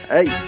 Hey